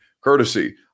courtesy